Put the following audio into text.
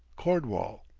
cornwall.